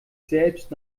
selbst